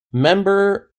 member